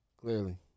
Clearly